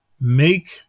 make